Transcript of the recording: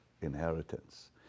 inheritance